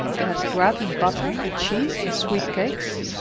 they had bread and butter, and cheese, and sweet cakes.